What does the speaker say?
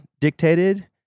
dictated